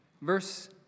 Verse